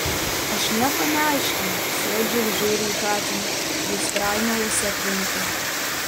aš nieko neaiškinu sėdžiu ir žiūriu į katiną kuris trainiojasi aplinkui